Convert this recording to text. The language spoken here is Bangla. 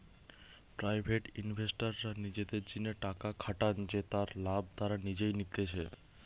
প্রাইভেট ইনভেস্টররা নিজেদের জিনে টাকা খাটান জেতার লাভ তারা নিজেই নিতেছে